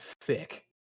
thick